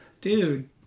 Dude